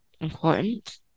important